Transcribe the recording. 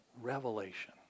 revelation